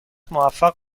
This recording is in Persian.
موفق